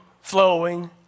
flowing